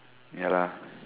ya lah